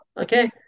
okay